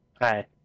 Hi